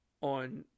on